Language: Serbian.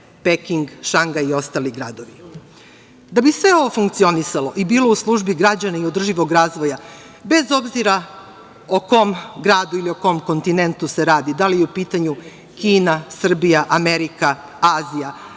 Peking, Šangaj i ostali gradovi. Da bi sve ovo funkcionisalo i bilo u službi građana i održivog razvoja, bez obzira o kom gradu ili o kom kontinentu se radi, da li je u pitanju Kina, Srbija, Amerika, Azija,